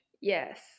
Yes